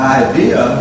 idea